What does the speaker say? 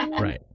Right